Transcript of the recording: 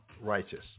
righteous